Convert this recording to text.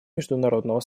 международного